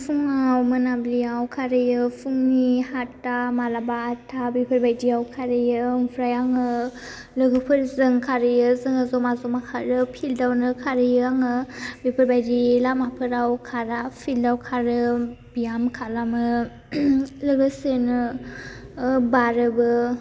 फुङाव मोनाब्लियाव खारहैयो फुंनि हादटा मालाबा आदटा बेफोरबायदियाव खारहैयो ओमफ्राय आङो लोगोफोरजों खारहैयो जोङो जमा जमा खारो फिल्दावनो खारहैयो आङो बेफोरबायदि लामाफोराव खारा फिल्दाव खारो बेयाम खालामो लोगोसेनो बारोबो